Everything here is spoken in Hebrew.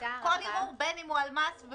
כל ערעור, אם הוא על מס או